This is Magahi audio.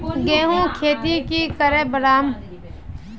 गेंहू खेती की करे बढ़ाम?